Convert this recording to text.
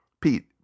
Pete